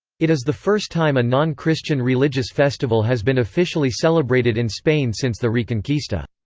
it is the first time a non-christian religious festival has been officially celebrated in spain since the reconquista.